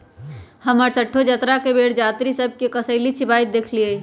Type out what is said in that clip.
हम हरसठ्ठो जतरा के बेर जात्रि सभ के कसेली चिबाइत देखइलइ